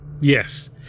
Yes